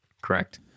Correct